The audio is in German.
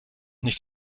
nicht